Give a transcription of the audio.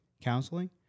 counseling